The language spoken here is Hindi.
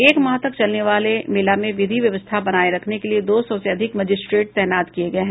एक माह तक चलने वाले मेला में विधि व्यवस्था बनाए रखने के लिए दो सौ से अधिक मजिस्ट्रेट तैनात किए गए हैं